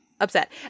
upset